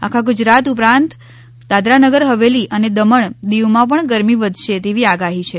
આખા ગુજરાત ઉપરાંત દાદરા નગર હવેલી અને દમણ દીવમાં પણ ગરમી વધશે તેવી આગાહી છે